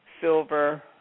silver